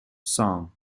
song